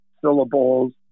syllables